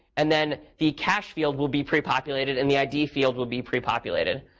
and then, the cash field will be pre-populated, and the id field will be pre-populated.